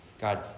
God